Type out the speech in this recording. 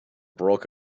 broke